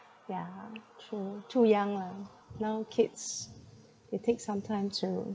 yeah true too young lah now kids they take some time to